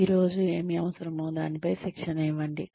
ఈ రోజు ఏమి అవసరమో దానిపై శిక్షణ ఇవ్వండి